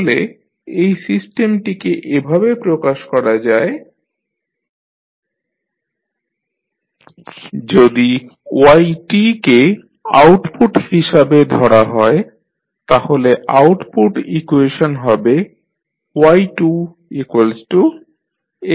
তাহলে এই সিস্টেমটিকে এভাবে প্রকাশ করা যায় dnydtnan 1dn 1ydtn 1a1dytdta0ytft যদি yt কে আউটপুট হিসাবে ধরা হয় তাহলে আউটপুট ইকুয়েশন হবে ytx1t